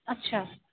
اچھا